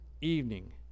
evening